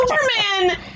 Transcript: Superman